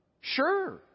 Sure